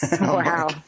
Wow